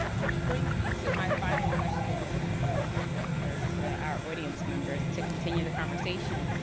which brings me to my final questions and then i'm gonna turn it over to our audience members to continue the conversation.